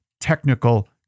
technical